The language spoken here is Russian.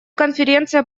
конференция